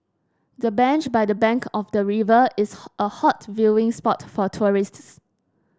the bench by the bank of the river is a a hot viewing spot for tourists